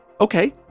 okay